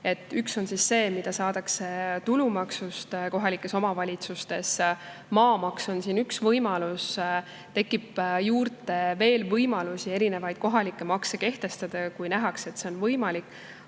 Üks allikas on see, mida saadakse tulumaksust kohalikes omavalitsustes. Maamaks on üks võimalus ja tekib juurde veel võimalusi erinevaid kohalikke makse kehtestada, kui nähakse, et see on võimalik.